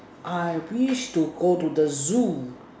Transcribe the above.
I wish to go to the zoo